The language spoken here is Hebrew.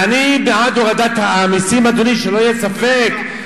ואני בעד הורדת המסים, אדוני, שלא יהיה ספק.